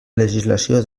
legislació